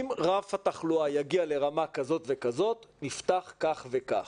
אם רף התחלואה יגיע לרמה כזאת וכזאת, נפתח כך וכך.